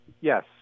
yes